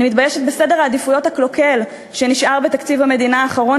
אני מתביישת בסדר העדיפויות הקלוקל שנשאר בתקציב המדינה האחרון